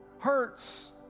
hurts